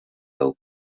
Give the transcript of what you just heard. help